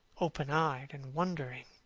open-eyed and wondering.